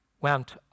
went